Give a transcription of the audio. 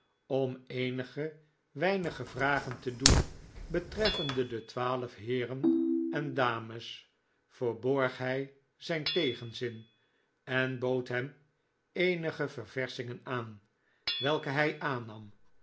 om eenige weinige vragen te doen betreffende de twaalf heeren en dames verborg hij zijn tegenzin en bood hem eenige ververschingen aan welke hij aannam